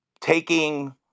taking